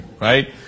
right